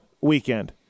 weekend